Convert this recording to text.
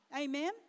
amen